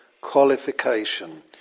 qualification